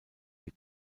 die